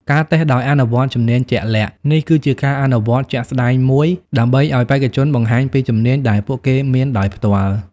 ការតេស្តដោយអនុវត្តជំនាញជាក់លាក់ នេះគឺជាការអនុវត្តជាក់ស្ដែងមួយដើម្បីឲ្យបេក្ខជនបង្ហាញពីជំនាញដែលពួកគេមានដោយផ្ទាល់។